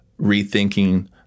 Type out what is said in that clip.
rethinking